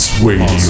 Wait